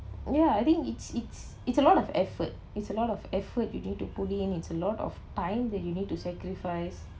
ya I think it's it's it's a lot of effort it's a lot of effort you need to put in it's a lot of time that you need to sacrifice